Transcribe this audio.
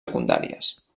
secundàries